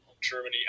Germany